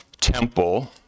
temple